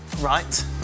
Right